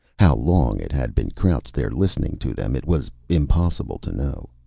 how long it had been crouched there listening to them, it was impossible to know.